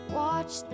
watch